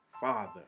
father